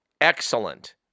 excellent